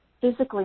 physically